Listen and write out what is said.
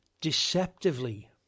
deceptively